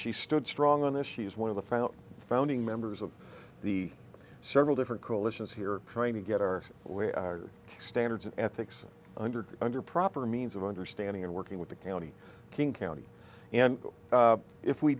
she stood strong on this she is one of the final founding members of the several different coalitions here trying to get our standards of ethics under under proper means of understanding and working with the county king county and if we